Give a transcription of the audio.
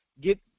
get –